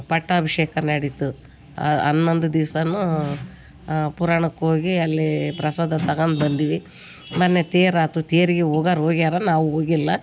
ಪಟ್ಟಾಭಿಷೇಕ ನಡೀತು ಹನ್ನೊಂದು ದಿವ್ಸಾ ಪುರಾಣಕ್ಕೋಗಿ ಅಲ್ಲಿ ಪ್ರಸಾದ ತಗೊಂಡ್ ಬಂದೀವಿ ಮೊನ್ನೇ ತೇರು ಆಯ್ತು ತೇರಿಗೆ ಹೋಗೋರ್ ಹೋಗ್ಯಾರ ನಾವು ಹೋಗಿಲ್ಲ